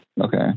Okay